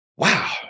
wow